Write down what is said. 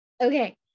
Okay